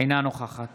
אינה נוכחת